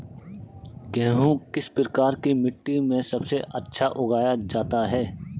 गेहूँ किस प्रकार की मिट्टी में सबसे अच्छा उगाया जाता है?